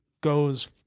goes